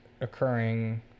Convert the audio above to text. occurring